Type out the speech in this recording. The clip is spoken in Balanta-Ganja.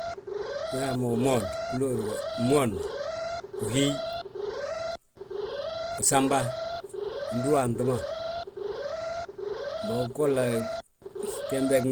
Ndu uyaa mo, umoon, uhiyi, usamba, udúwanŧi ma, bogolla gembe